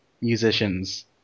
musicians